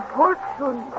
fortune